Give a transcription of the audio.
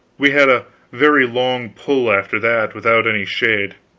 we had a very long pull, after that, without any shade.